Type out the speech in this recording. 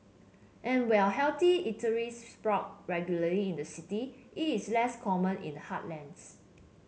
and while healthy eateries sprout regularly in the city it is less common in the heartlands